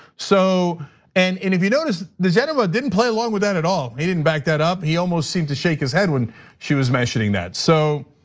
so and if you notice digenova didn't play along with that at all. he didn't back that up. he almost seemed to shake his head when she was mentioning that. so,